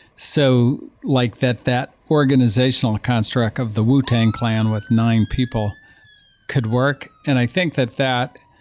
so like that that organizational construct of the wu-tang clan with nine people could work. and i think that that